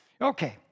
Okay